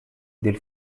del